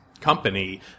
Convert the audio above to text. company